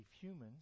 humans